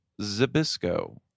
Zabisco